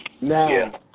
Now